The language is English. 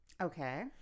okay